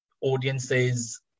audiences